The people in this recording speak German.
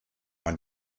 man